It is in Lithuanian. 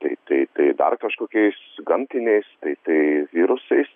tai tai tai dar kažkokiais gamtiniais tai tai virusais